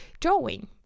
drawing